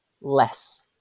less